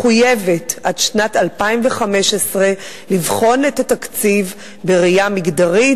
מחויבת עד שנת 2015 לבחון את התקציב בראייה מגדרית.